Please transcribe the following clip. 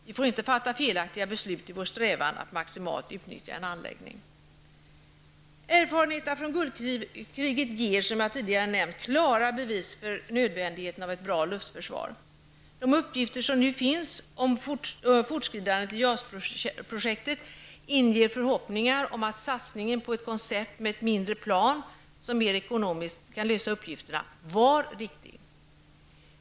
Vi får inte fatta felaktiga beslut i vår strävan att maximalt utnyttja en anläggning. Erfarenheterna från Gulfkriget ger, som jag tidigare nämnt, klara bevis för nödvändigheten av ett bra luftförsvar. De uppgifter som nu finns om fortskridandet i JAS-projektet inger förhoppningar om att satsningen på ett koncept med ett mindre plan som mer ekonomiskt kan lösa uppgifterna var riktig.